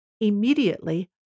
Immediately